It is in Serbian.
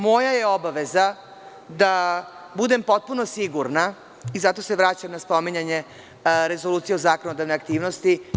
Moja je obaveza da budem potpuno sigurna i zato se vraćam na spominjanje rezolucije o zakonodavnoj aktivnosti.